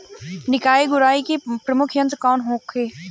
निकाई गुराई के प्रमुख यंत्र कौन होखे?